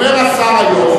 אומר השר היום,